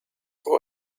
what